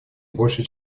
больше